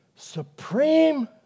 Supreme